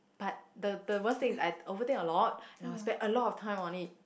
but the the worst thing is like overtime a lot and I will spend a lot of time on it